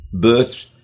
birth